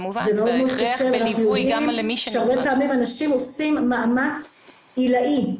זה מאוד קשה ואנחנו יודעים שהרבה פעמים אנשים עושים מאמץ עילאי,